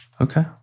Okay